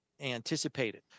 Anticipated